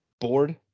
Bored